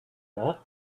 that